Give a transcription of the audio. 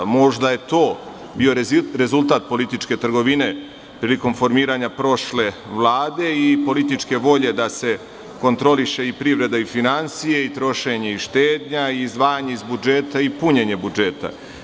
Možda je to bio rezultat političke trgovine prilikom formiranja prošle vlade i političke volje da se kontroliše i privreda i finansije i trošenje i štednja i izdvajanje iz budžeta i punjenje budžeta.